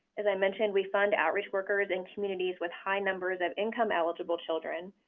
as i mentioned, we fund outreach workers and communities with high numbers of income eligible children.